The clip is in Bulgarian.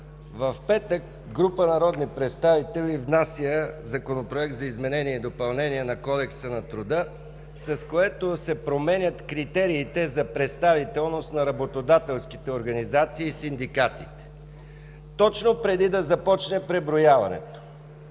В петък група народни представители внася Законопроект за изменение и допълнение на Кодекса на труда, с който се променят критериите за представителност на работодателските организации и синдикатите точно преди да започне преброяването.